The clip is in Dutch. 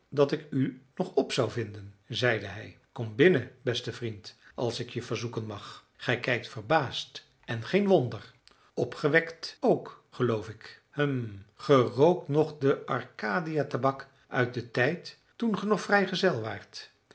dat ik u nog op zou vinden zeide hij kom binnen beste vriend als ik je verzoeken mag gij kijkt verbaasd en geen wonder opgewekt ook geloof ik hum gij rookt nog de arcadia tabak uit den tijd toen ge nog vrijgezel waart